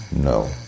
No